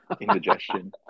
indigestion